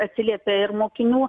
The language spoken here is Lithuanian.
atsiliepia ir mokinių